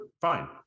Fine